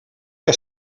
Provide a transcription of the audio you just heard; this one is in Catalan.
que